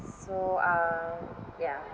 so um ya